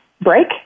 break